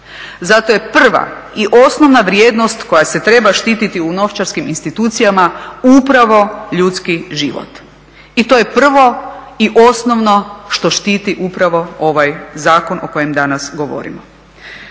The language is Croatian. Zato je prva i osnovna vrijednost koja je treba štiti u novčarskim institucijama upravo ljudski život. I to je prvo i osnovno što štiti upravo ovaj zakon o kojem danas govorimo.